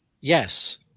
yes